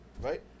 right